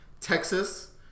Texas